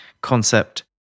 concept